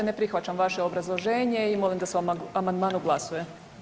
Ne prihvaćam vaše obrazloženje i molim da se o amandmanu glasuje.